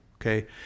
okay